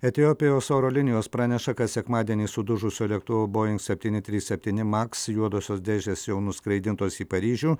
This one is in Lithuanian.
etiopijos oro linijos praneša kad sekmadienį sudužusio lėktuvo boing septyni trys spetyni maks juodosios dėžės jau nuskraidintos į paryžių